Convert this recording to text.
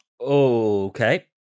Okay